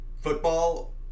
football